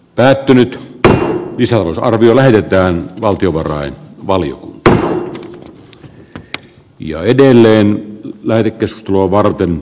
päättynyt isä arvio lähetetään valtiovarain valittaa ja edelleen värikkyys luo varten